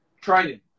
Training